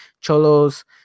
Cholos